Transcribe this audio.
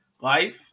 Life